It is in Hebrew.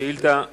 שאילתא מס'